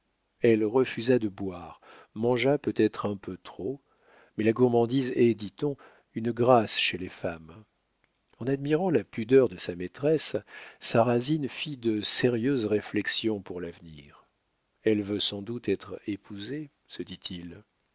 elle refusa de boire mangea peut-être un peu trop mais la gourmandise est dit-on une grâce chez les femmes en admirant la pudeur de sa maîtresse sarrasine fit de sérieuses réflexions pour l'avenir elle veut sans doute être épousée se dit-il